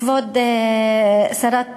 כבוד שרת הבריאות,